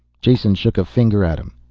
jason shook a finger at him.